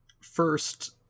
first